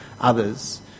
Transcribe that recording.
others